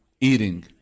eating